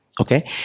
okay